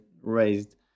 raised